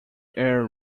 air